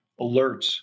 alerts